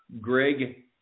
Greg